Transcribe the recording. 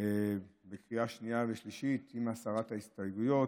בקריאה שנייה ושלישית עם הסרת ההסתייגויות.